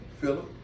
Philip